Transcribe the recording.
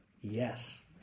Yes